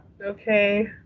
okay